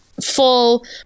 full